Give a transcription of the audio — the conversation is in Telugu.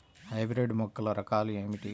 హైబ్రిడ్ మొక్కల రకాలు ఏమిటి?